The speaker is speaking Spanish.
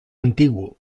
antiguo